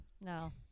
No